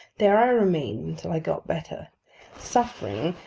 there i remained until i got better suffering,